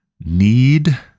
need